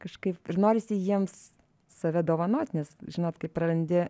kažkaip ir norisi jiems save dovanot nes žinot kai prarandi